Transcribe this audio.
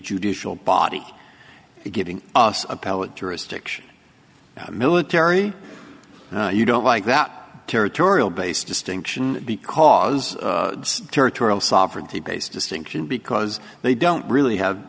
judicial body giving us appellate jurisdiction military you don't like that territorial based distinction because territorial sovereignty based distinction because they don't really have